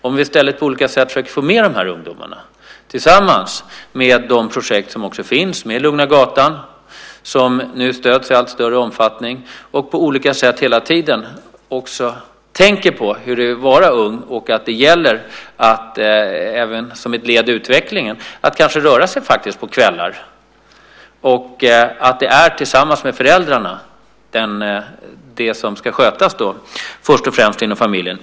Vi borde i stället på olika sätt försöka få med ungdomarna, tillsammans med de projekt som också finns, med Lugna gatan som nu stöds i allt större omfattning, och på olika sätt hela tiden tänka på hur det är att vara ung, att det gäller, även som ett led i utvecklingen, att röra sig ute på kvällar och att det ska skötas tillsammans med föräldrarna, först och främst inom familjen.